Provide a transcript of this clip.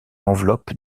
enveloppe